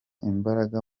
imbaraga